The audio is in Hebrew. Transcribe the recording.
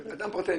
אדם פרטי,